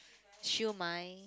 siew-mai